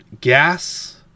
gas